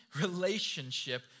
relationship